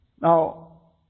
Now